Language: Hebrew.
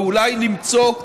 ואולי למצוא,